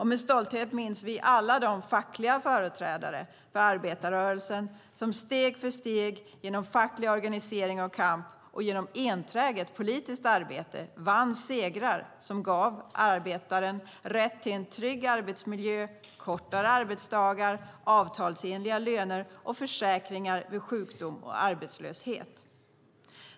Med stolthet minns vi alla fackliga företrädare för arbetarrörelsen som steg för steg genom facklig organisering och kamp och genom enträget politiskt arbete vann segrar som gav arbetaren rätt till en trygg arbetsmiljö, kortare arbetsdagar, avtalsenliga löner samt försäkringar vid sjukdom och arbetslöshet.